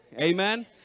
Amen